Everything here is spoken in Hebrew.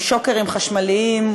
עם שוקרים חשמליים,